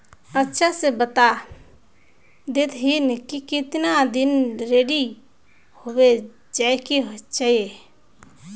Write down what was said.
अच्छा से बता देतहिन की कीतना दिन रेडी होबे जाय के चही?